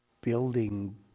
building